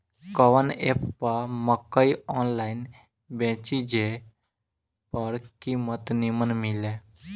कवन एप पर मकई आनलाइन बेची जे पर कीमत नीमन मिले?